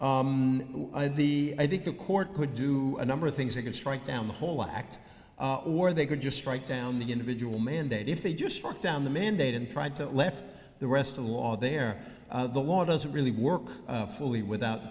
country the i think the court could do a number of things they can strike down the whole act or they could just write down the individual mandate if they just struck down the mandate and tried to left the rest of the law there the law doesn't really work fully without